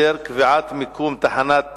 לנושא: קביעת מיקום תחנת